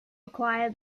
acquire